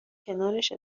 کنارش